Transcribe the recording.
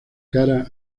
cara